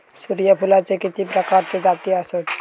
सूर्यफूलाचे किती प्रकारचे जाती आसत?